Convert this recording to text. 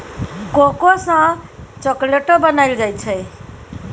cocoa सँ चाकलेटो बनाइल जाइ छै